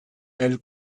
elle